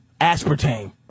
aspartame